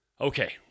Okay